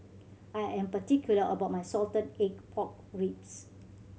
I am particular about my salted egg pork ribs